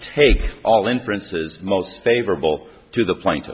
take all inferences most favorable to the point